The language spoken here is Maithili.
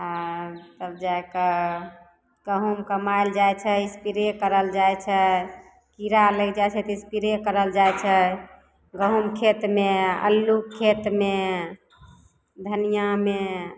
आ तब जाइके गहूॅंम कमाइल जाइ छै स्प्रे कयल जाइ छै कीड़ा लागि जाइ छै तऽ स्प्रे कयल जाइ छै गहूॅंम खेतमे अल्लू खेतमे धनियामे